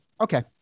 Okay